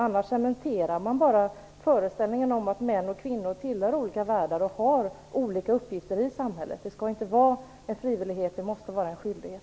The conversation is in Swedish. Annars cementerar man bara föreställningen om att män och kvinnor tillhör olika världar och har olika uppgifter i samhället. Det skall inte vara en frivillighet. Det måste vara en skyldighet.